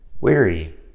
weary